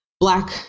black